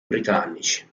britannici